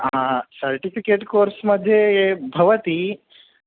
आ certificate course मध्ये भवति